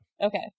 Okay